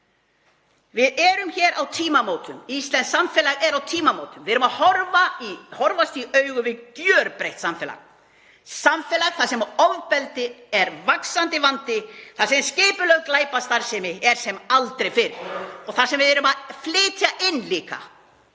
Við erum á tímamótum, íslenskt samfélag er á tímamótum. Við erum að horfast í augu við gjörbreytt samfélag, samfélag þar sem ofbeldi fer vaxandi, þar sem skipulögð glæpastarfsemi er sem aldrei fyrr og þar sem við erum líka að flytja inn